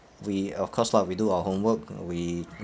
we of course lah we do our homework we